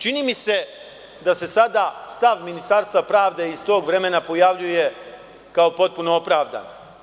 Čini mi se da se sada stav Ministarstva pravde iz tog vremena pojavljuje kao potpuno opravdan.